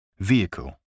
Vehicle